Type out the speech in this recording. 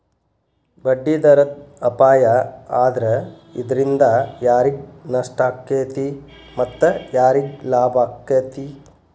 ಬಡ್ಡಿದರದ್ ಅಪಾಯಾ ಆದ್ರ ಇದ್ರಿಂದಾ ಯಾರಿಗ್ ನಷ್ಟಾಕ್ಕೇತಿ ಮತ್ತ ಯಾರಿಗ್ ಲಾಭಾಕ್ಕೇತಿ?